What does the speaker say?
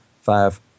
five